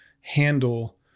handle